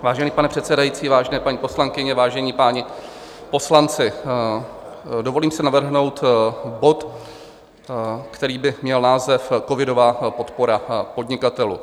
Vážený pane předsedající, vážené paní poslankyně, vážení páni poslanci, dovolím si navrhnout bod, který by měl název Covidová podpora podnikatelů.